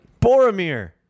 Boromir